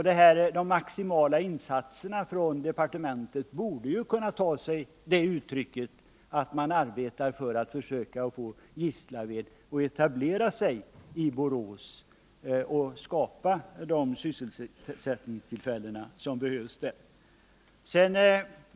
De maximala insatserna från departementet borde kunna ta sig det uttrycket att man arbetade för att få Gislaved att etablera sig i Borås och skapa de sysselsättningstillfällen som behövs där.